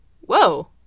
whoa